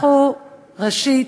ראשית,